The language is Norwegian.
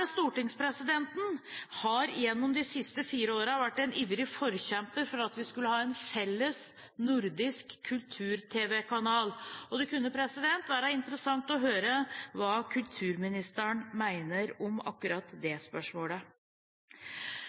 stortingspresidenten har i de siste fire årene vært en ivrig forkjemper for at vi skulle ha en felles nordisk kultur-tv-kanal. Det kunne være interessant å høre hva kulturministeren mener om akkurat det spørsmålet.